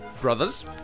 Brothers